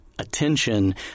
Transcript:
Attention